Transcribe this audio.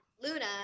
Luna